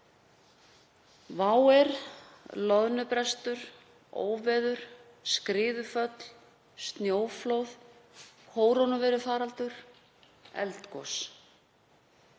air, loðnubrestur, óveður, skriðuföll, snjóflóð, kórónuveirufaraldur, eldgos.